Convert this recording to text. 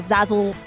Zazzle